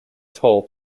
toll